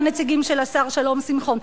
הנציגים של השר שלום שמחון,